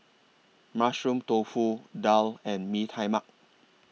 Mushroom Tofu Daal and Mee Tai Mak